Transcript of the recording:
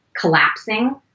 collapsing